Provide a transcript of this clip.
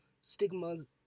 stigmas